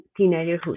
teenagerhood